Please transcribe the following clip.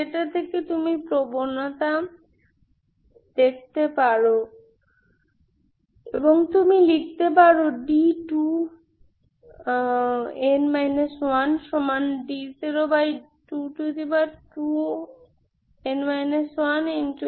সেটা থেকে তুমি প্রবণতা দেখতে পারো এবং তুমি লিখতে পারো d2n 1d022n 1n 1